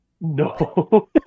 No